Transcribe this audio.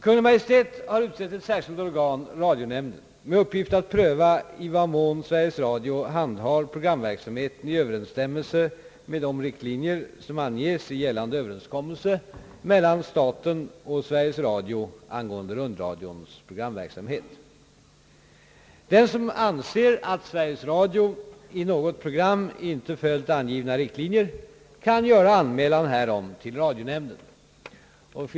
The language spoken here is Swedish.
Kungl. Maj:t har utsett ett särskilt organ, radionämnden, med uppgift att pröva i vad mån Sveriges Radio handhar programverksamheten i överensstämmelse med de riktlinjer, som anges i gällande överenskommelse mellan staten och Sveriges Radio angående rundradions programverksamhet. Den som anser, att Sveriges Radio i något program inte följt angivna riktlinjer, kan göra anmälan härom till radionämnden.